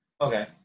okay